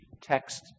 text